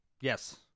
Yes